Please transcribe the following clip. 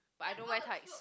but I don't wear tights